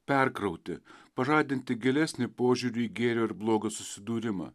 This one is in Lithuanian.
perkrauti pažadinti gilesnį požiūrį į gėrio ir blogio susidūrimą